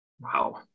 Wow